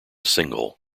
single